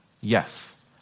yes